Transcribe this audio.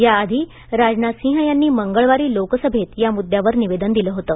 याआधी राजनाथसिंह यांनी मंगळवारी लोकसभेत या मुद्द्यावर निवेदन दिलं होतं